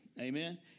amen